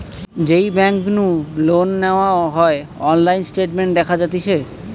যেই বেংক নু লোন নেওয়া হয়অনলাইন স্টেটমেন্ট দেখা যাতিছে